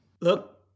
Look